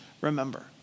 remember